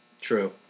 True